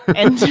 and